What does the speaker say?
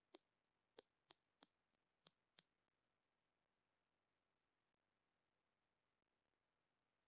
रोहित फल फाइबर से संबन्धित जानकारी इकट्ठा कर रहा है